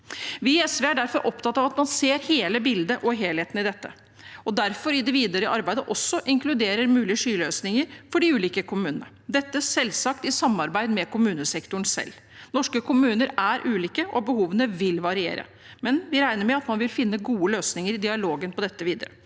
Vi i SV er derfor opptatt av at man ser hele bildet og helheten i dette, og at vi derfor i det videre arbeidet også inkluderer mulige skyløsninger for de ulike kommunene, dette selvsagt i samarbeid med kommunesektoren selv. Norske kommuner er ulike, og behovene vil variere, men vi regner med at man vil finne gode løsninger i dialogen på dette videre.